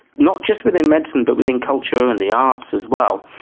not just within medicine but within culture and the arts as well.